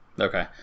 Okay